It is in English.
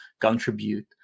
contribute